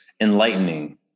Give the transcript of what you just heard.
enlightening